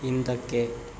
ಹಿಂದಕ್ಕೆ